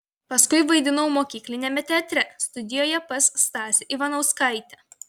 paskui vaidinau mokykliniame teatre studijoje pas stasę ivanauskaitę